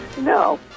No